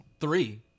three